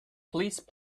please